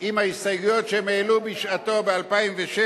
עם ההסתייגויות שהם העלו בשעתם ב-2007,